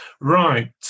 right